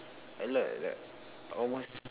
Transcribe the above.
a lot a lot almost